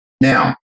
Now